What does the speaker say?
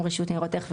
גם הרשות לניירות ערך,